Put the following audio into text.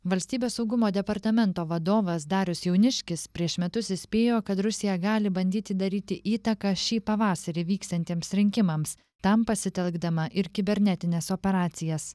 valstybės saugumo departamento vadovas darius jauniškis prieš metus įspėjo kad rusija gali bandyti daryti įtaką šį pavasarį vyksiantiems rinkimams tam pasitelkdama ir kibernetines operacijas